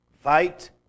Fight